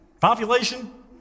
population